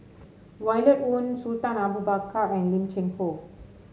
Violet Oon Sultan Abu Bakar and Lim Cheng Hoe